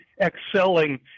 excelling